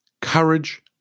courage